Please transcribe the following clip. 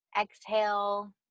Exhale